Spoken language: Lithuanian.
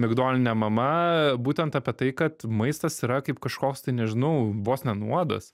migdolinė mama būtent apie tai kad maistas yra kaip kažkoks tai nežinau vos ne nuodas